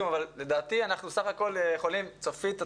אבל לדעתי אנחנו בסך הכול יכולים להצביע.